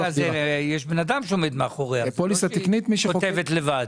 יש בן אדם שעומד מאחוריה, היא לא נכתבת לבד.